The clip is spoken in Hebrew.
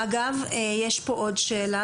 אגב, יש כאן עוד שאלה.